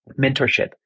mentorship